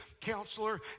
counselor